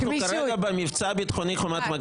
אנחנו כרגע במבצע ביטחוני חומת מגן